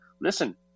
listen